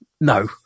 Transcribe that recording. No